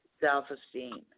self-esteem